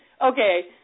okay